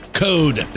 code